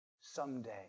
Someday